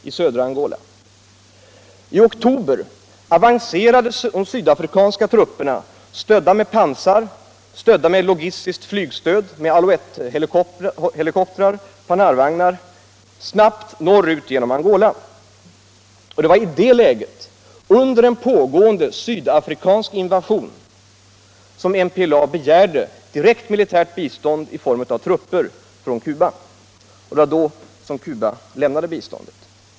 I oktober avancerade de sydafrikanska trupperna — stödda med pansar, stödda med logistiskt flvg, med Alouette-helikoptrar och Panhardvagnar — snabbt norrut genom Angola. Det var i det läget: under en pågående sydafrikansk invasion, som MPLA begärde direkt militärt bistånd i form av trupper från Cuba, och det var då Cuba lämnade biståndet.